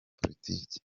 politike